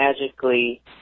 magically